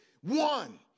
one